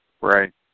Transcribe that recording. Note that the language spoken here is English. Right